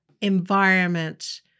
environment